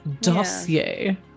dossier